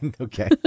Okay